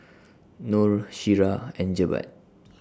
Nor Syirah and Jebat